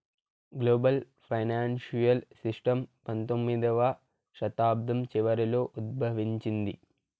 global financial system పంతొమ్మిదవ శతాబ్దం చివరలో ఉద్భవించింది